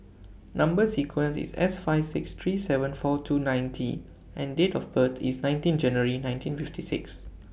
Number sequence IS S five three seven four two nine T and Date of birth IS nineteen January nineteen fifty six